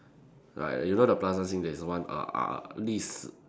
like you know the Plaza Sing there's one err uh this